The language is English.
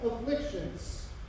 afflictions